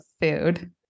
food